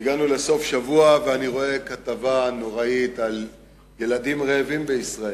והגענו לסוף השבוע ואני רואה כתבה נוראית על ילדים רעבים בישראל.